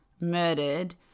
murdered